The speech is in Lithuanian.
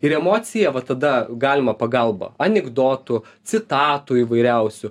ir emociją va tada galima pagalba anikdotų citatų įvairiausių